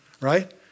Right